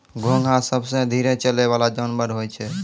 घोंघा सबसें धीरे चलै वला जानवर होय छै